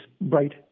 bright